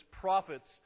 prophets